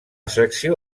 secció